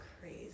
crazy